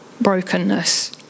brokenness